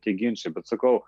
tie ginčai bet sakau